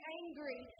angry